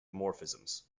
morphisms